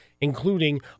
including